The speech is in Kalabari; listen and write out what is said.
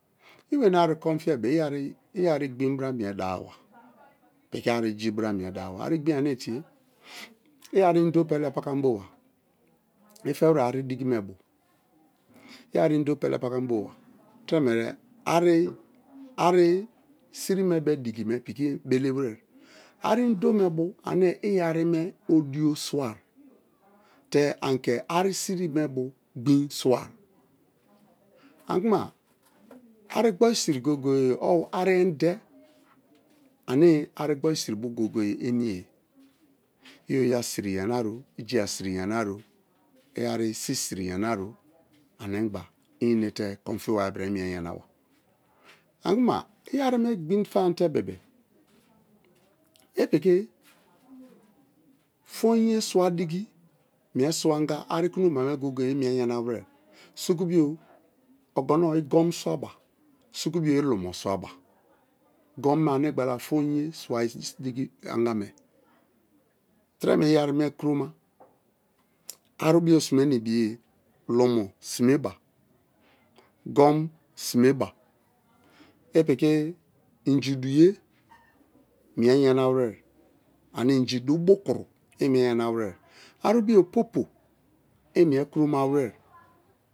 I weni ari konfiye be-e i ari gbin bara mie dawaba piki ari ji bara mie dawaba ari gbin ane tie i̱ ari indo pele pakamboba i fe were ari digimeko i̱ ari indo pele paka maboba tremere ari ari siri me bio diki me piki belewere. Ari indo me bo bo ane i̱ ari me ondio swai te ane ke ari seri me bo gbin swai. Ani kuma ari̱ gbori seri goye-goye owu ari ende ane ari gboru seri goye-goye emiye i oya seri, yanaro jia seri, yanaro, i ari se seri yanaro animgba i̱ enete konfiba bra mi̱e yanaba. Ani kuma i ari me gbin famate bebe̱re̱ i piki foinye swa diki mie swa anga ari kuloma me goye-goye i̱ mie yanawere sukubio, i lumo swaba gum me ane gbaba foinye swa diki anga me tre me i ari me kuroma arubio simena ibiye lumo simeba, gum simeba, i piki inji duye mie yanawere ane inji du̱ bukuni i mie yanawere arubio põpõ i mie ku̱ro mawe̱re̱